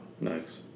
Nice